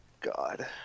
God